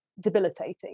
debilitating